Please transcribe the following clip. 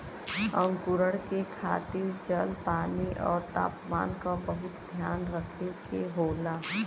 अंकुरण के खातिर जल, पानी आउर तापमान क बहुत ध्यान रखे के होला